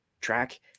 track